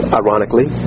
ironically